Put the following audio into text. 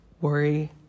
worry